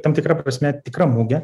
tam tikra prasme tikra mugė